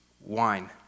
wine